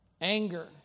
anger